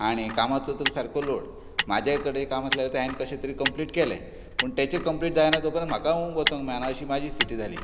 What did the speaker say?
आनी कामाचो तर सामको लॉड म्हाजेय कडेन काम आसलेलें तें हांवेंं कशेंय तरी कंप्लीट केलें पूण तेचे कंप्लीट जायना ते मेरेन म्हाका वचोंक मेळना अशी म्हाजी स्थिती जाली